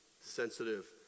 sensitive